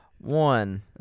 One